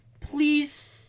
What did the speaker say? please